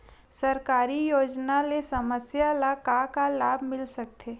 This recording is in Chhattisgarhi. सरकारी योजना ले समस्या ल का का लाभ मिल सकते?